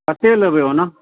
कते लेबै ओना